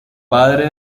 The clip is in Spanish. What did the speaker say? padre